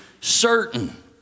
certain